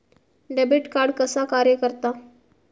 Debit card कसा कार्य करता?